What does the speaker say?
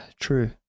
True